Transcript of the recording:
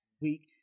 week